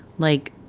like,